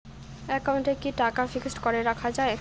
একাউন্টে কি টাকা ফিক্সড করে রাখা যায়?